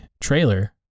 trailer